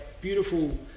beautiful